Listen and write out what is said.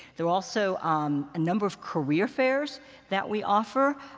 there are also um a number of career fairs that we offer.